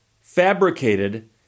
fabricated